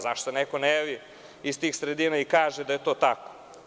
Zašto se neko ne javi ih tih sredina i kaže da je to tako?